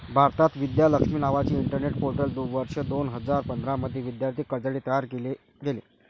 भारतात, विद्या लक्ष्मी नावाचे internet portal वर्ष दोन हजार पंधरा मध्ये विद्यार्थी कर्जासाठी तयार केले गेले